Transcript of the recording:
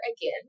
again